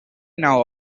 now